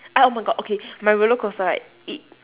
oh my god okay my roller coaster right it